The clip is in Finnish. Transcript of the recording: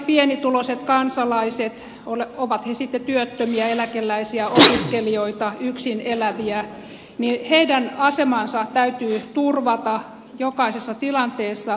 kaikkien pienituloisten kansalaisten ovat he sitten työttömiä eläkeläisiä opiskelijoita yksin eläviä asema täytyy turvata jokaisessa tilanteessa